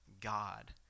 God